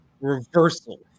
reversal